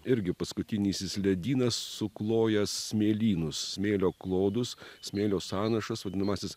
irgi paskutinysis ledynas suklojęs smėlynus smėlio klodus smėlio sąnašas vadinamąsias